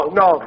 no